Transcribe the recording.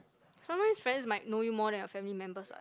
sometimes friends might know you more than your family members